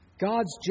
God's